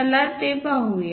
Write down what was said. चला ते पाहूया